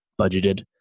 budgeted